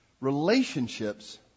relationships